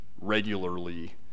regularly